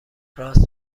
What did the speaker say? راست